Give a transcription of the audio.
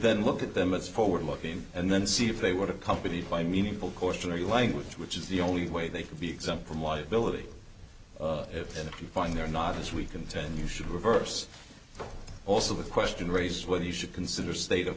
then look at them as forward looking and then see if they would have company by meaningful question or your language which is the only way they could be exempt from liability and if you find they're not as we contend you should reverse also the question raised whether you should consider state of